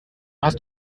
hast